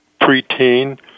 preteen